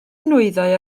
nwyddau